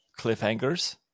cliffhangers